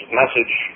message